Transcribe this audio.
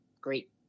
great